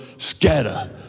Scatter